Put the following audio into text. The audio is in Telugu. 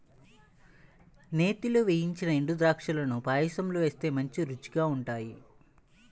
నేతిలో వేయించిన ఎండుద్రాక్షాలను పాయసంలో వేస్తే మంచి రుచిగా ఉంటాయి